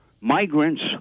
migrants